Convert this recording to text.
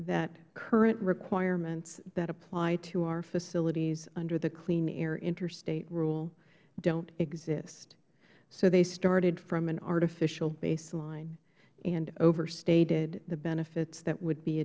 that current requirements that apply to our facilities under the clean air interstate rule don't exist so they started from an artificial baseline and overstated the benefits that would be